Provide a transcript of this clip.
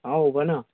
हौ भन